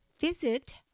visit